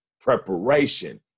preparation